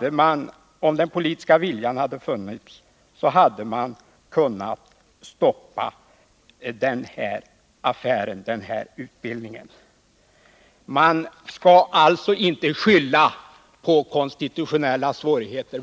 nämligen att om den politiska viljan hade funnits, så hade man kunnat stoppa den här utbildningen. Man skall alltså inte skylla på konstitutionella svårigheter.